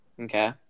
Okay